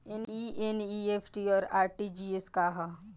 ई एन.ई.एफ.टी और आर.टी.जी.एस का ह?